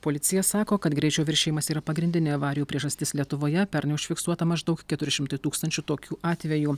policija sako kad greičio viršijimas yra pagrindinė avarijų priežastis lietuvoje pernai užfiksuota maždaug keturi šimtai tūkstančių tokių atvejų